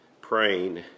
praying